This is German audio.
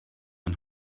man